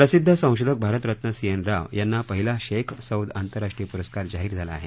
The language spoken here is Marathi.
प्रसिद्ध संशोधक भारतरत्न सी एन राव यांना पहिला शेख सौद आंतरराष्ट्रीय प्रस्कार जाहीर झाला आहे